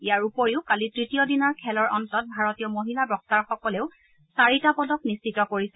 ইয়াৰ উপৰিও কালি তৃতীয় দিনৰ খেলৰ অন্তত ভাৰতীয় মহিলা বক্সাৰসকলেও চাৰিটা পদক নিশ্চিত কৰিছে